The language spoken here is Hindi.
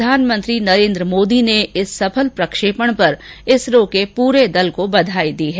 प्रधानमंत्री नरेन्द्र मोदी ने इस सफल प्रक्षेपण पर इसरो के पूरे दल को बधाई दी है